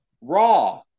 Raw